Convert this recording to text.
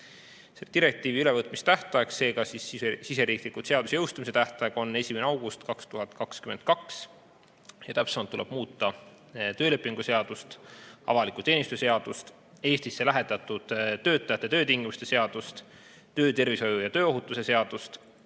Direktiivi ülevõtmise tähtaeg, seega siseriiklikult seaduse jõustumise tähtaeg on 1. august 2022. Täpsemalt tuleb muuta töölepingu seadust, avaliku teenistuse seadust, Eestisse lähetatud töötajate töötingimuste seadust, töötervishoiu ja tööohutuse seadust.